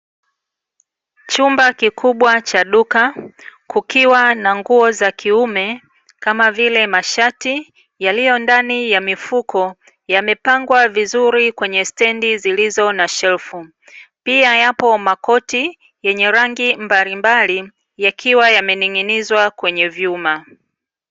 Chumba kikubwa cha duka kukiwa na nguo za kiume kama vile:mashati yaliyo ndani ya mifuko yamepangwa vizuri kwenye stendi zilizo na shelfu, pia yapo makoti yenye rangi mbalimbali yakiwa yamening'inizwa kwenye vyuma.